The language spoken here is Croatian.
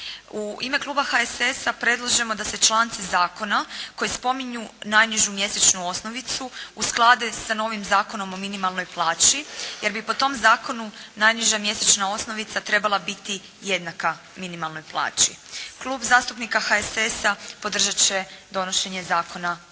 U ime kluba HSS-a predlažemo da se članci koji spominju najnižu mjesečnu osnovicu usklade sa novima Zakonom o minimalnoj plaći, jer bi po tom zakonu najniža mjesečna osnovica trebala biti jednaka minimalnoj plaći. Klub zastupnika HSS-a podržat će donošenje Zakona o